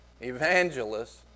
evangelists